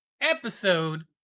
episode